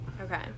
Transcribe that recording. Okay